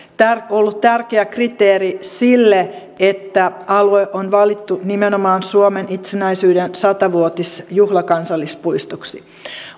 on ollut tärkeä kriteeri sille että alue on valittu nimenomaan suomen itsenäisyyden sata vuotisjuhlakansallispuistoksi